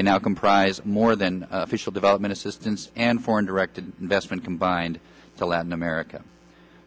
and now comprise more than official development assistance and foreign direct investment combined to latin america